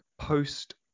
post